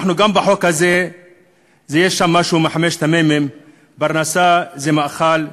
גם בחוק הזה יש משהו מחמשת המ"מים: פרנסה זה מאכל,